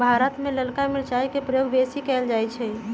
भारत में ललका मिरचाई के प्रयोग बेशी कएल जाइ छइ